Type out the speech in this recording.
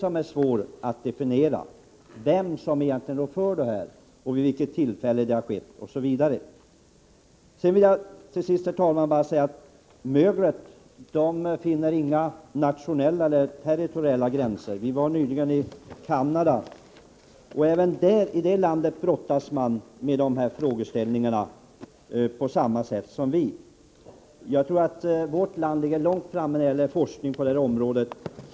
Det är svårt att klargöra vem som egentligen rår för att skadorna uppstått, vid vilket tillfälle som detta har skett, osv. Till sist, herr talman, vill jag tillägga att förekomsten av mögelskador inte känner några nationella eller territoriella gränser. Vi hart.ex. vid vårt besök i Canada kunnat konstatera att man även där brottas med dessa problem, på samma sätt som vi. Jag tror att vårt land ligger långt framme när det gäller forskning på det här området.